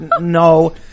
no